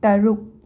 ꯇꯔꯨꯛ